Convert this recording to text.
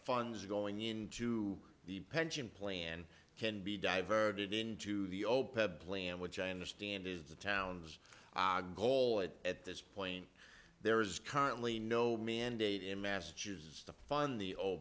funds are going into the pension plan can be diverted into the open plan which i understand is the town's goal at this point there is currently no mandate in massachusetts